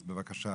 אז בבקשה,